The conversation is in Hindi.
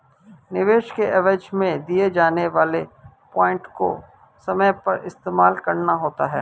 निवेश के एवज में दिए जाने वाले पॉइंट को समय पर इस्तेमाल करना होता है